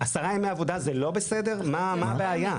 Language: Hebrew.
מה הבעיה?